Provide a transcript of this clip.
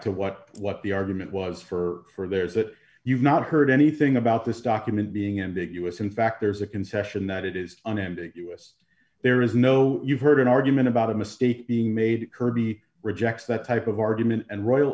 to what what the argument was for there is that you've not heard anything about this document being ambiguous in fact there's a concession that it is unambiguous there is no you've heard an argument about a mistake being made kirby rejects that type of argument and royal